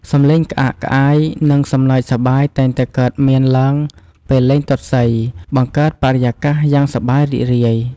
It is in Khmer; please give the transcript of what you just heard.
សំឡេងក្អាកក្អាយ និងសំណើចសប្បាយតែងតែកើតមានឡើងពេលលេងទាត់សី បង្កើតបរិយាកាសយ៉ាងសប្បាយរីករាយ។